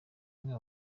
umwe